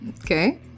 Okay